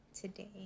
today